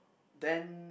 then